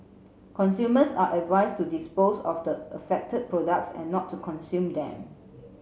consumers are advise to dispose of the affected products and not to consume them